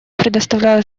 предоставляю